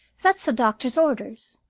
that's the doctor's orders.